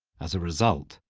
as a result,